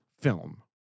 film